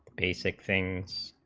basic things